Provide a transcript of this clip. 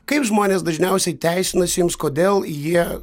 kaip žmonės dažniausiai teisinasi jums kodėl jie